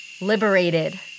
liberated